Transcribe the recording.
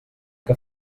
que